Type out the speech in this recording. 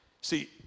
see